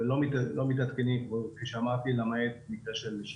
הם לא מתעדכנים למעט מקרה של שינוי,